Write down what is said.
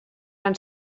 van